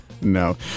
no